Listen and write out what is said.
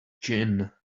gin